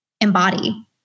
embody